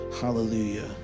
hallelujah